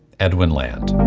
edwin land.